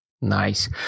Nice